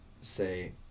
say